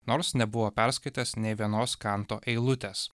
nors nebuvo perskaitęs nei vienos kanto eilutės